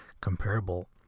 comparable